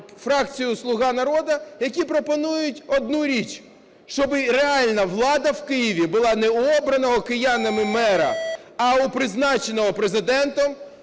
фракцією "Слуга народу", які пропонують одну річ, щоб реальна влада в Києві була не в обраного киянами мера, а у призначеного Президентом